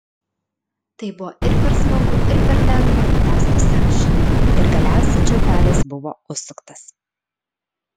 tai buvo ir per smagu ir per lengva kad tęstųsi amžinai ir galiausiai čiaupelis buvo užsuktas